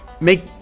make